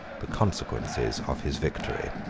the consequences of his victory.